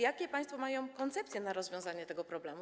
Jakie państwo mają koncepcje rozwiązania tego problemu?